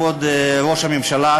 כבוד ראש הממשלה,